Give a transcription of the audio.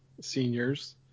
seniors